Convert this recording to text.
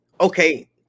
okay